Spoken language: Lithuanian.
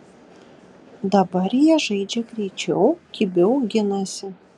dabar jie žaidžia greičiau kibiau ginasi